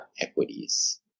equities